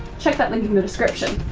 check that link in the description.